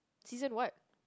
season what